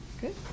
Good